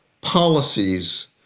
policies